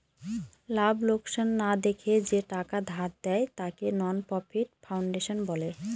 লাভ লোকসান না দেখে যে টাকা ধার দেয়, তাকে নন প্রফিট ফাউন্ডেশন বলে